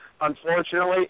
unfortunately